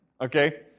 Okay